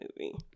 movie